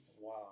Wow